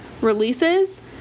releases